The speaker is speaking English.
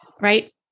Right